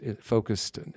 focused